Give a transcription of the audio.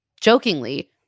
Jokingly